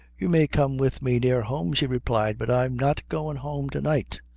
you may come with me near home, she replied but i'm not goin' home to-night.